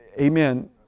amen